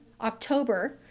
October